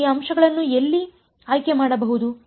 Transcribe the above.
ಆದ್ದರಿಂದ ನಾನು ಈ ಅಂಶಗಳನ್ನು ಎಲ್ಲಿ ಆಯ್ಕೆ ಮಾಡಬಹುದು